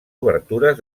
obertures